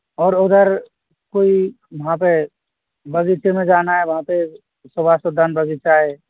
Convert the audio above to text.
और उधर कोई वहाँ पर बगीचे में जाना है वहाँ पर सुभाष उद्यान बगीचा है